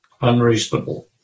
unreasonable